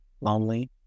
lonely